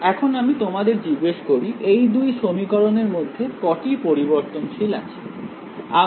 এখন আমি তোমাদের জিজ্ঞেস করি এই দুই সমীকরণ এর মধ্যে কটি পরিবর্তনশীল আছে